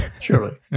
Surely